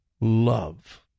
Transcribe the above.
love